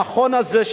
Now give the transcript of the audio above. למכון הזה,